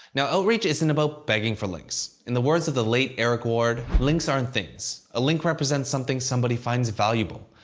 now, outreach isn't about begging for links. in the words of the late eric ward links aren't things. a link represents something somebody finds valuable.